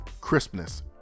Crispness